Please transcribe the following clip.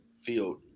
field